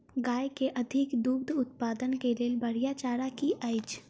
गाय केँ अधिक दुग्ध उत्पादन केँ लेल बढ़िया चारा की अछि?